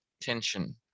tension